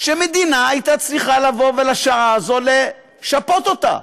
שהמדינה הייתה צריכה על השעה הזאת לשפות אותה,